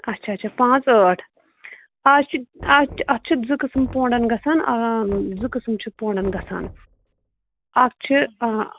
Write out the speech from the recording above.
اَچھا اَچھا پانٛژھ ٲٹھ اَز چھِ اَز چھِ اتھ چھِ زٕ قٕسٕم پونٛڈَن گژھان آ زٕ قٕسٕم چھِ پونٛڈَن گژھان اَکھ چھِ آ